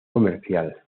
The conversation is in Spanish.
comercial